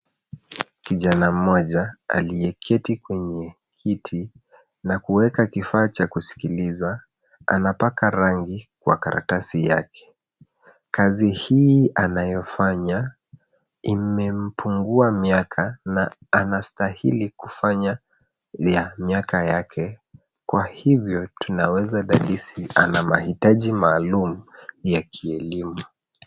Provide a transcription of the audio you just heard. Kijana mmoja aliyeketi kwenye kiti ,na kueka kifaa cha kuskiliza, anapaka rangi kwa karatasi yake. Kazi hii anayofanya ,imempungua miaka na anastahili kufanya ya miaka yake. Kwa hivyo tunaweza dadisi ana mahitaji maalum ya kielimu.